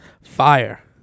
Fire